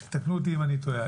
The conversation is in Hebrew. תקנו אותי אם אני טועה,